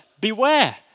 beware